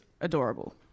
adorable